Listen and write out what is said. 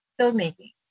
filmmaking